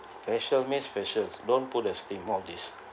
facial means facial don't put a steam all this